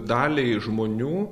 daliai žmonių